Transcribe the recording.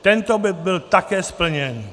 Tento bod byl také splněn.